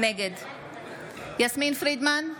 נגד יסמין פרידמן,